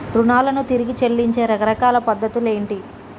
రుణాలను తిరిగి చెల్లించే రకరకాల పద్ధతులు ఏంటి?